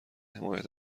حمایت